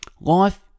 Life